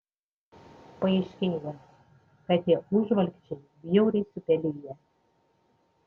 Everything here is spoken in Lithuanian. paaiškėja kad tie užvalkčiai bjauriai supeliję